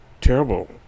terrible